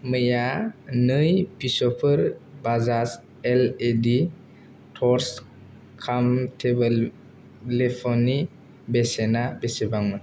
मैया नै पिसफोर बाजास एल इ दि टर्स काम थेबोल लेम्प नि बेसेना बेसेबांमोन